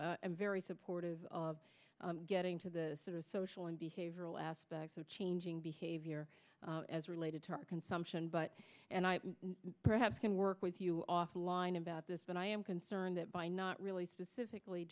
i'm very supportive of getting to the sort of social and behavioral aspects of changing behavior as related to our consumption but and i perhaps can work with you offline about this but i am concerned that by not really specifically